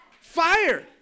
Fire